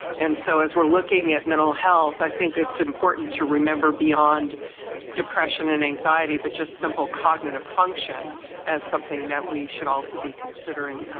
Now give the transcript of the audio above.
and so as we're looking at mental health, i think it's important to remember beyond depression and anxiety but just simple cognitive function as something that we should also be considering.